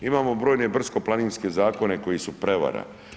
Imamo brojne brdsko-planinske zakone koji su prevara.